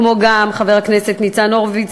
כמו גם חבר הכנסת ניצן הורוביץ,